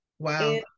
Wow